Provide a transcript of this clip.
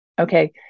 Okay